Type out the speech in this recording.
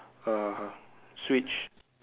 uh switch